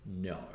No